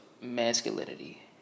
masculinity